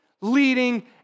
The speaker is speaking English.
leading